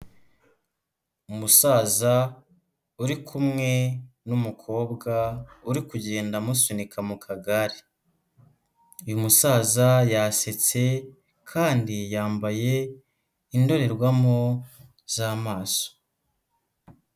Umusaza uri kumwe n'umukobwa uri kugenda amusunika mu kagare, uyu musaza yasetse kandi yambaye indorerwamo z'amaso.